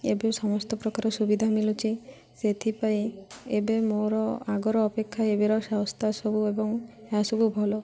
ଏବେ ସମସ୍ତ ପ୍ରକାର ସୁବିଧା ମିଳୁଛି ସେଥିପାଇଁ ଏବେ ମୋର ଆଗର ଅପେକ୍ଷା ଏବେର ସ୍ୱାସ୍ଥ୍ୟ ସବୁ ଏବଂ ଏହା ସବୁ ଭଲ